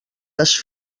les